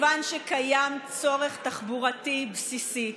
מכיוון שקיים צורך תחבורתי בסיסי,